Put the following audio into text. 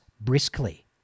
briskly